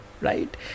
right